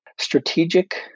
Strategic